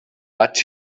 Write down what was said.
but